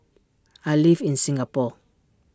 I live in Singapore